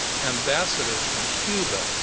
ambassadors from cuba,